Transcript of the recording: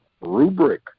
rubric